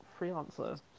freelancer